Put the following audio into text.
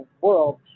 world